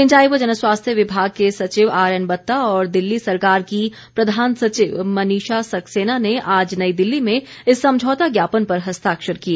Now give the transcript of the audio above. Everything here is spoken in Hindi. सिंचाई व जनस्वास्थ्य विभाग के सचिव आरएन बत्ता और दिल्ली सरकार की प्रधान सचिव मनीषा सक्सेना ने आज नई दिल्ली में इस समझौता ज्ञापन पर हस्ताक्षर किए